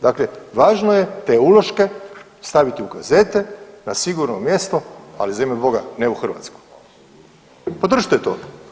Dakle, važno je te uloške staviti u kazete na sigurno mjesto, ali za ime Boga ne u Hrvatsku, podržite to.